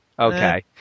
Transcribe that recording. Okay